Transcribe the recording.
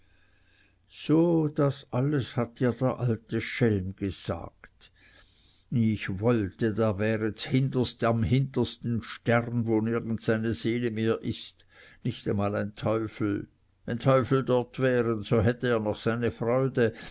so das alles hat dir der alte schelm gesagt ich wollte daß der wäre z'hinderst am hintersten stern wo nirgends eine seele mehr ist nicht einmal ein teufel wenn teufel dort wären so hätte er noch seine freude